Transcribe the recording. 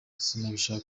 sinabasha